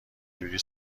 جوری